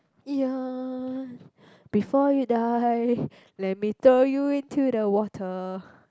ya before you die let me throw you into the water